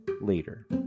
later